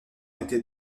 était